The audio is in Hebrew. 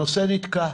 הנושא נתקע.